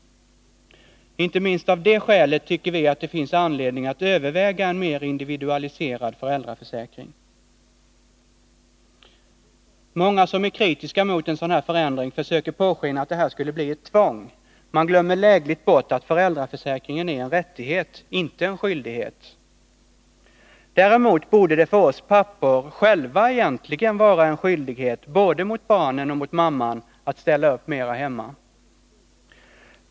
Inte minst av det skälet tycker vi att det finns anledning att överväga en mer individualiserad föräldraförsäkring. Många som är kritiska mot en sådan här förändring försöker påskina att det här skulle bli ett tvång. Man glömmer lägligt bort att föräldraförsäkringen är en rättighet, inte en skyldighet. Däremot borde det för oss pappor själva egentligen vara en skyldighet både mot barnen och mot mamman att ställa upp mera hemma.